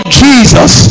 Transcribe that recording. jesus